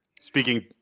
Speaking